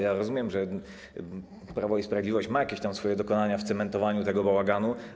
Ja rozumiem, że Prawo i Sprawiedliwość ma jakieś tam dokonania w cementowaniu tego bałaganu.